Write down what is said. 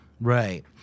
Right